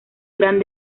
gran